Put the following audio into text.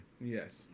Yes